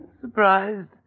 Surprised